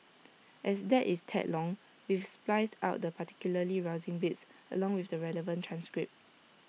as that is A tad long we've spliced out the particularly rousing bits along with the relevant transcript